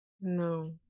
No